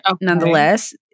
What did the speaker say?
nonetheless